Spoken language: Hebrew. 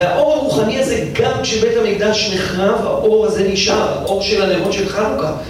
האור הרוחני הזה גם כשבית המקדש נחרב, האור הזה נשאר, אור של הנרות של חנוכה.